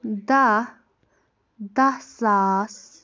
دہ دہ ساس